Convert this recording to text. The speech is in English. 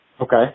Okay